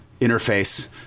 Interface